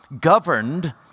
governed